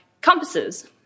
compasses